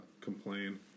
complain